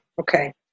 Okay